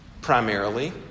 primarily